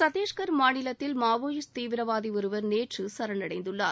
சத்தீஷ்கர் மாநிலத்தில் மாவோயிஸ்ட் தீவிரவாதி ஒருவர் நேற்று சரணடைந்துள்ளார்